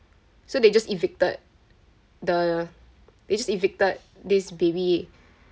so they just evicted the they just evicted this baby